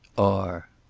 r.